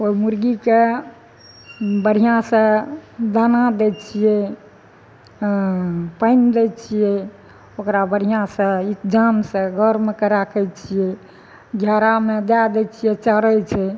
ओहि मुर्गीकेँ बढ़िआँसँ दाना दै छियै पानि दै छियै ओकरा बढ़िआँसँ इन्तजामसँ घरमे कऽ राखैत छियै घेरामे दए दै छियै चरै छै